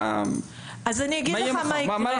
אז מה יהיה?